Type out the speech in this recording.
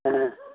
ஆ